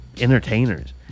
entertainers